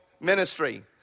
ministry